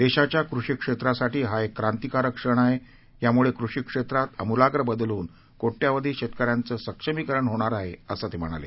देशाच्या कृषीक्षेत्रासाठी हा एक क्रांतिकारक क्षण आहे यामुळे कृषी क्षेत्रात आमुलाग्र बदल होऊन कोट्यावधी शेतकऱ्यांचं सक्षमीकरण होणार आहे असं ते म्हणाले